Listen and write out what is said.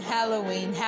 Halloween